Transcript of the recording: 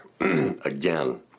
again